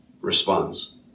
responds